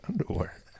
underwear